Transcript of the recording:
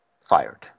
fired